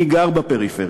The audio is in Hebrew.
אני גר בפריפריה.